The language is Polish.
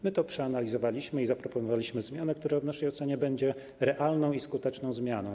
My to przeanalizowaliśmy i zaproponowaliśmy zmianę, która w naszej ocenie będzie realną i skuteczną zmianą.